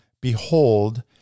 behold